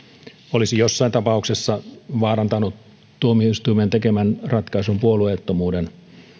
olisi jossain tapauksessa vaarantanut tuomioistuimen tekemän ratkaisun puolueettomuuden